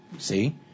See